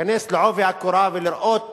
להיכנס בעובי הקורה ולראות